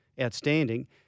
outstanding